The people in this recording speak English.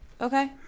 Okay